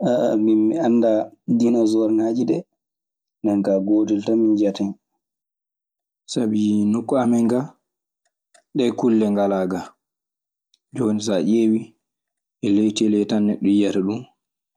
Parfeem kadadum gillasi ka min kam mi andadum so ngonga. Sabi nokku amen gaa, ɗee kulle ngalaa gaa. Jooni so ƴeewii, e ley telee tan neɗɗo yiyata ɗun